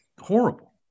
horrible